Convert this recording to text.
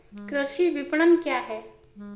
कृषि विपणन क्या है?